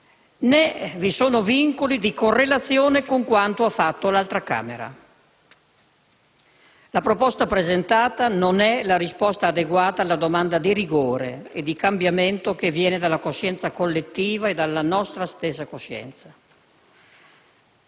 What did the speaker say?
né vi sono vincoli di correlazione con quanto ha fatto l'altra Camera. La proposta presentata non è la risposta adeguata alla domanda di rigore e di cambiamento che viene dalla coscienza collettiva e dalla nostra stessa coscienza.